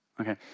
Okay